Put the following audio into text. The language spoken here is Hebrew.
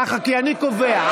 ככה, כי אני קובע.